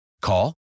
Call